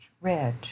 red